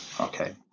Okay